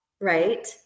right